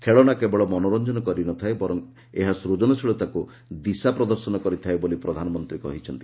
ଖେଳନା କେବଳ ମନୋରଞ୍ଞନ କରିନଥାଏ ବରଂ ଏହା ସୂଜନଶୀଳତାକୁ ଦିଶା ପ୍ରଦର୍ଶନ କରିଥାଏ ବୋଲି ପ୍ରଧାନମନ୍ତୀ କହିଛନ୍ତି